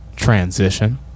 Transition